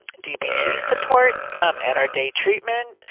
dbt support at our day treatment